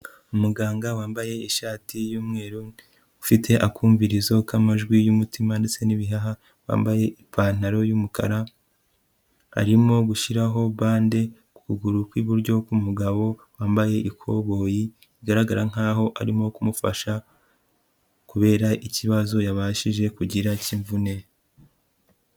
Umuganga wambaye ishati y'umweru ufite akumvirizo k'amajwi y'umutima ndetse n'ibihaha, wambaye ipantaro y'umukara, arimo gushyiraho bande ku kuguru kw'iburyo k'umugabo wambaye ikoboyi, bigaragara nkaho arimo kumufasha kubera ikibazo yabashije kugira cy'imvune.